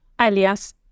alias